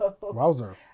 Wowzer